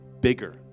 bigger